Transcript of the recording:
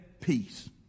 peace